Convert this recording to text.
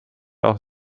auch